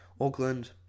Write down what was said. Auckland